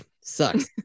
Sucks